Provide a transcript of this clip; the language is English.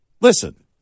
listen